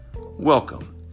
Welcome